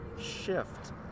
shift